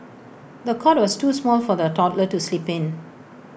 the cot was too small for the toddler to sleep in